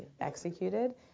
executed